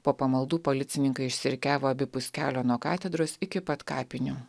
po pamaldų policininkai išsirikiavo abipus kelio nuo katedros iki pat kapinių